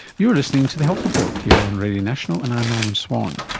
you're listening to the health report here on radio national and i'm norman swan.